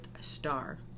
star